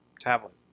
tablet